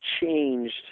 changed